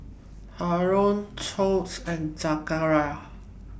Haron Tuah and Zakaria